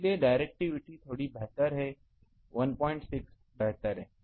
इसलिए डाइरेक्टिविटी थोड़ी बेहतर है 16 बेहतर है